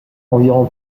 environ